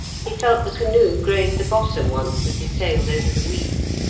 he felt the canoe graze the bottom once as he sailed over the weeds.